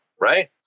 Right